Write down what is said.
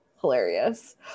hilarious